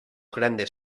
grandes